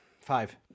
Five